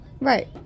Right